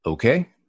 Okay